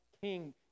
king